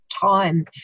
time